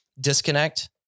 disconnect